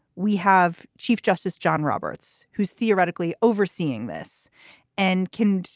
we have chief justice john roberts, who's theoretically overseeing this and can,